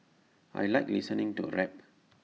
I Like listening to rap